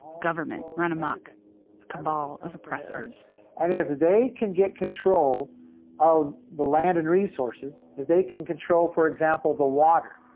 government run amuck, a cabal of oppressors and if they can get control of the land and resources, if they can control, for example, the water,